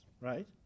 right